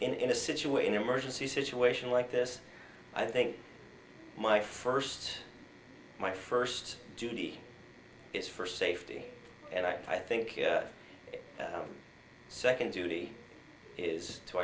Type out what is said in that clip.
mean in a situation emergency situation like this i think my first my first duty is for safety and i think the second duty is to